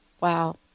Wow